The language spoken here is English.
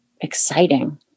exciting